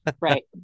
Right